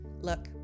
Look